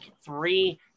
three